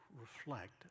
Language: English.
reflect